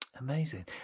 Amazing